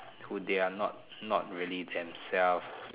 who they are not not really themselve